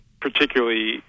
particularly